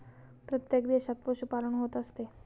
प्रत्येक देशात पशुपालन होत असते